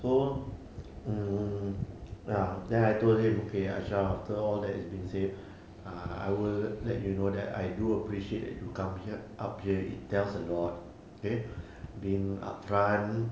so mm ya then I told him okay ashraf after all that's been said ah I will let you know that I do appreciate that you come here up here it tells a lot okay being upfront